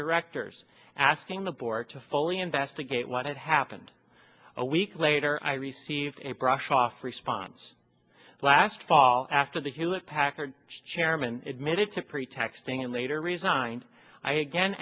directors asking the board to fully investigate what had happened a week later i received a brushoff response last fall after the hewlett packard chairman admitted to pretexting and later resigned i again